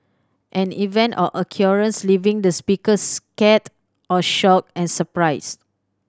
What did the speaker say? an event or occurrence leaving the speaker scared or shocked and surprised